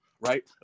right